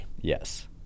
yes